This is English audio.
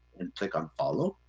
and click on follow.